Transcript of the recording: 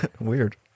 Weird